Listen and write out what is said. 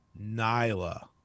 Nyla